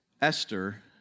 Esther